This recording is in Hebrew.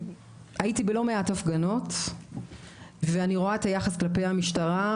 הייתי בלא מעט הפגנות ואני רואה את היחס כלפי המשטרה,